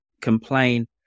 complain